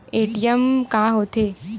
ATM का होथे?